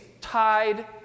tied